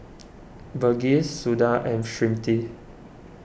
Verghese Suda and Smriti